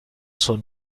son